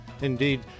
Indeed